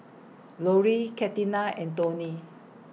Loree Catina and Toni